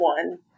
one